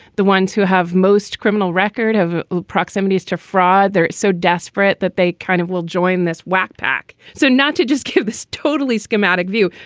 the ones who have most criminal record of proximities to fraud. they're so desperate that they kind of will join this wack pack. so not to just kill this totally schematic view,